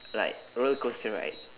like rollercoaster right